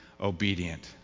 obedient